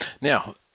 now